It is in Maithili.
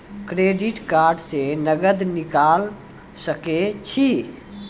क्रेडिट कार्ड से नगद निकाल सके छी?